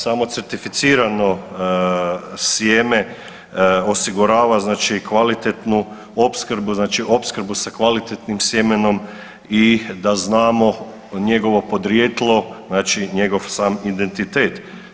Sama, samo certificirano sjeme osigurava znači kvalitetnu opskrbu znači opskrbu sa kvalitetnim sjemenom i da znamo njegovo podrijetlo znači njegov sam identitet.